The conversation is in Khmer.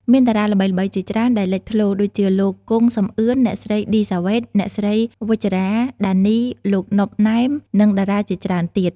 មានតារាល្បីៗជាច្រើនដែលលេចធ្លោ ដូចជាលោក គង់ សំអឿន អ្នកស្រី ឌី សាវ៉េត អ្នកស្រី វិជ្ជរ៉ា ដានី លោក ណុប ណែម និងតារាជាច្រើនទៀត។